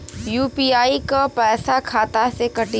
UPI क पैसा खाता से कटी?